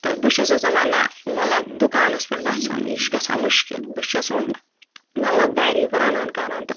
تہٕ بہٕ چھٮ۪سَس دَپان نہ مطلب دُکانَس پٮ۪ٹھ گژھُن یہِ چھِ گژھان مُشکل بہٕ چھٮ۪س وۄنۍ مطلب گَرِ رَنان کَران تہٕ